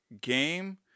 Game